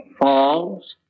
falls